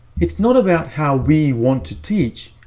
it's not about how we want to teach,